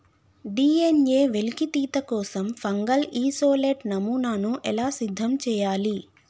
DNA వెలికితీత కోసం fungal isolate నమూనాను ఎలా సిద్ధం చెయ్యాలి?